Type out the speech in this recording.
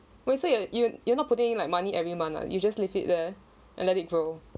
wait so you you you're not putting like money every month ah you just leave it there and let it grow